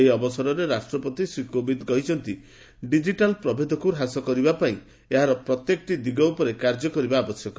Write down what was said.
ଏହି ଅବସରରେ ରାଷ୍ଟପତି ଶ୍ରୀ କୋବିନ୍ଦ୍ କହିଛନ୍ତି ଡିଜିଟାଲ୍ ପ୍ରଭେଦକୁ ହ୍ରାସ କରିବାପାଇଁ ଏହାର ପ୍ରତ୍ୟେକଟି ଦିଗ ଉପରେ କାର୍ଯ୍ୟ କରିବା ଆବଶ୍ୟକ